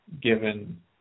given